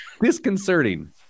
disconcerting